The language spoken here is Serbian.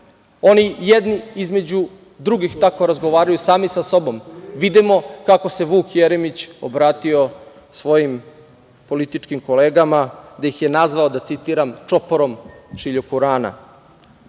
oni jedni između drugih tako razgovaraju, sami sa sobom. Vidimo kako se Vuk Jeremić obratio svojim političkim kolegama, da ih je nazvao „čoporom šiljokurana“.Ali,